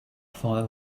file